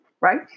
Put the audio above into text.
right